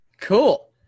Cool